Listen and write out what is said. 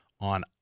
On